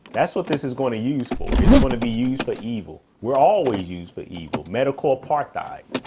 that's what this is going to use for. it's going to be used for evil. we're always used for evil medical apartheid.